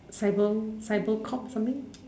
cyber cyber cop or something